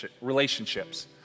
relationships